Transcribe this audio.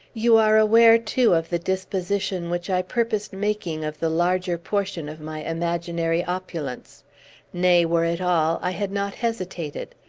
you are aware, too, of the disposition which i purposed making of the larger portion of my imaginary opulence nay, were it all, i had not hesitated.